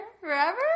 forever